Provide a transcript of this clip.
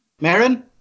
Marin